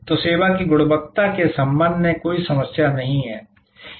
तो सेवा की गुणवत्ता के संबंध में कोई समस्या नहीं है